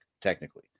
technically